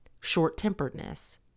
short-temperedness